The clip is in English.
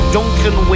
Duncan